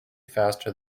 faster